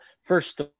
first